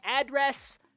address